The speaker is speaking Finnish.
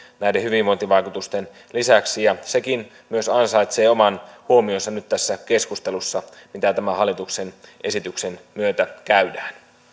näiden hyvinvointivaikutusten lisäksi sekin myös ansaitsee oman huomionsa nyt tässä keskustelussa mitä tämän hallituksen esityksen myötä käydään